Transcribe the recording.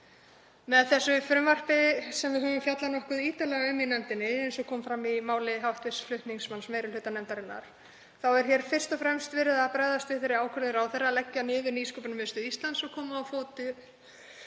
Með þessu frumvarpi, sem við höfum fjallað nokkuð ítarlega um í nefndinni eins og kom fram í máli hv. flutningsmanns meiri hluta nefndarinnar, er fyrst og fremst verið að bregðast við þeirri ákvörðun ráðherra að leggja niður Nýsköpunarmiðstöð Íslands og koma á fót